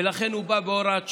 ולכן הוא בא בהוראת שעה.